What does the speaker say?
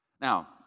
Now